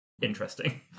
interesting